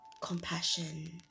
compassion